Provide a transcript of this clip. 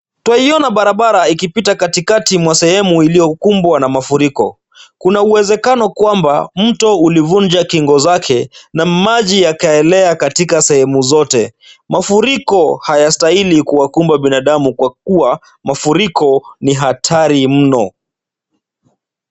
Twaiona barabara ikipita katikati mwa sehemu iliyokumbwa na mafuriko. Kuna uwezekano kwamba mto ulivunja kingo zake na maji yakaelea katika sehemu zote. Mafuriko hayastahili kuwakumba binadamu kwa kuwa mafuriko ni hatari mno.